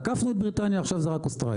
עקפנו את בריטניה, עכשיו זה רק אוסטרליה.